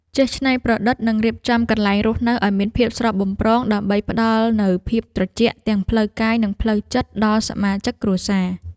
ចេះច្នៃប្រឌិតនិងរៀបចំកន្លែងរស់នៅឱ្យមានភាពស្រស់បំព្រងដើម្បីផ្ដល់នូវភាពត្រជាក់ទាំងផ្លូវកាយនិងផ្លូវចិត្តដល់សមាជិកគ្រួសារ។